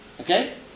Okay